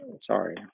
Sorry